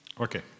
Okay